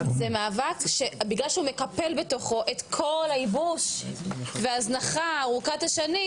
זה מאבק שבגלל שהוא מקפל בתוכו את כל הייבוש וההזנחה ארוכת השנים,